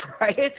Right